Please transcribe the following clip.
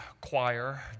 choir